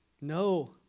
No